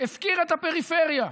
הפקיר את הפריפריה.